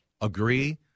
agree